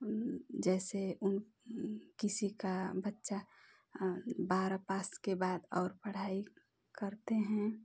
जैसे किसी का बच्चा बारह पास के बाद और पढ़ाई करते हैं